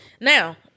Now